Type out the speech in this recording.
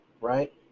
right